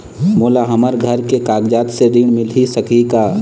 मोला हमर घर के कागजात से ऋण मिल सकही का?